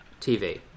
tv